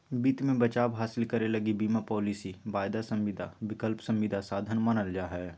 वित्त मे बचाव हासिल करे लगी बीमा पालिसी, वायदा संविदा, विकल्प संविदा साधन मानल जा हय